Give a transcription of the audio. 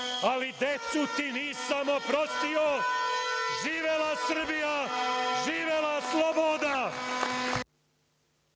ali decu ti nisam oprostio“. Živela Srbija, živela sloboda.